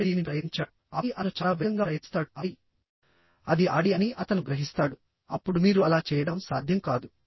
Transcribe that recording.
తండ్రి దీనిని ప్రయత్నించాడు ఆపై అతను చాలా వేగంగా ప్రయత్నిస్తాడు ఆపై అది ఆడి అని అతను గ్రహిస్తాడుఅప్పుడు మీరు అలా చేయడం సాధ్యం కాదు